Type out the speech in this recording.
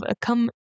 come